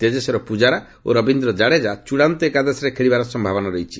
ଚେତେଶ୍ୱର ପ୍ରଜାରା ଓ ରବୀନ୍ଦ୍ର ଜାଡେଜା ଚୂଡ଼ାନ୍ତ ଏକାଦଶରେ ଖେଳିବାର ସମ୍ଭାବନା ରହିଛି